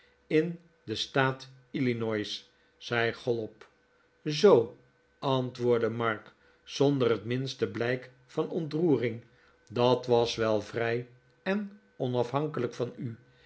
in den staat illinois zei chollop zoo antwoordde mark zonder het minste blijk van ontroering dat was wel vrij en onafhankelijk van u